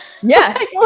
Yes